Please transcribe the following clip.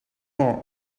more